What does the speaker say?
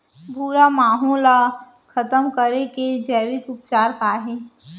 भूरा माहो ला खतम करे के जैविक उपचार का हे?